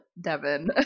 Devin